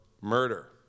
murder